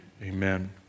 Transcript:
Amen